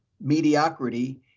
mediocrity